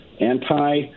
anti-